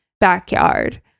backyard